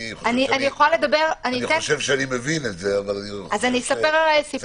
אני חושב שאני מבין את זה, אבל כדאי להרחיב.